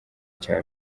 cya